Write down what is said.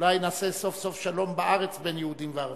שאולי סוף-סוף יעשה שלום בארץ בין יהודים לערבים,